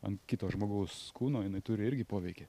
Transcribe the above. ant kito žmogaus kūno jinai turi irgi poveikį